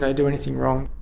and do anything wrong.